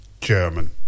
German